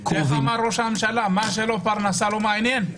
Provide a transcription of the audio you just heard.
איך אמר ראש הממשלה מה שלא פרנסה לא מעניין?